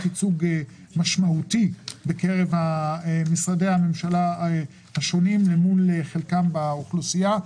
ייצוג משמעותי בקרב משרדי הממשלה השונים אל מול חלקם באוכלוסייה.